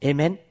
Amen